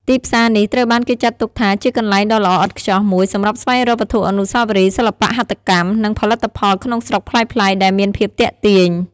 ទីផ្សារនេះត្រូវបានគេចាត់ទុកថាជាកន្លែងដ៏ល្អឥតខ្ចោះមួយសម្រាប់ស្វែងរកវត្ថុអនុស្សាវរីយ៍ សិល្បៈហត្ថកម្ម និងផលិតផលក្នុងស្រុកប្លែកៗ ដែលមានភាពទាក់ទាញ។